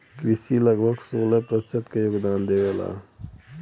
कृषि लगभग सोलह प्रतिशत क योगदान देवेला